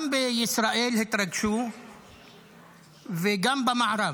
גם בישראל התרגשו וגם במערב.